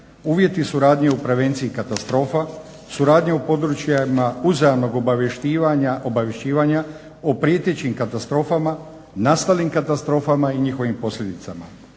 uvjeti suradnje u prevenciji katastrofa, suradnje u područjima uzajamnog obavješćivanja o prijetećim katastrofama, nastalim katastrofama i njihovim posljedicama,